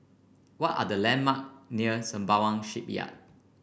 what are the landmark near Sembawang Shipyard